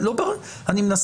לא ברור לי, אני מנסה,